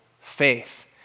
faith